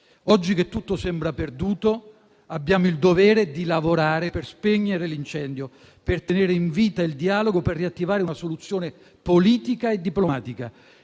Oggi che tutto sembra perduto abbiamo il dovere di lavorare per spegnere l'incendio, per tenere in vita il dialogo, per riattivare una soluzione politica e diplomatica,